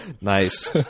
Nice